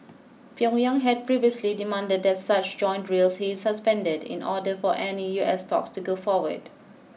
Pyongyang had previously demanded that such joint drills be suspended in order for any U S talks to go forward